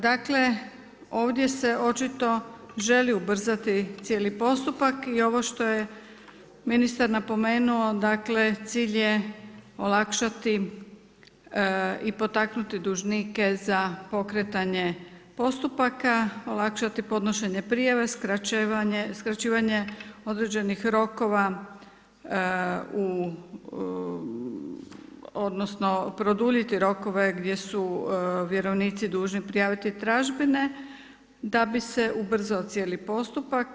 Dakle, ovdje se očito želi ubrzati cijeli postupak i ovo što je ministar napomenuo, dakle cilj je olakšati i potaknuti dužnike za pokretanje postupaka, olakšati podnošenje prijave, skraćivanje određenih rokova odnosno produljiti rokove gdje su vjerovnici dužni prijaviti tražbine da bi se ubrzao cijeli postupak.